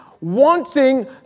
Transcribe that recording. wanting